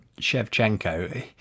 Shevchenko